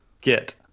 get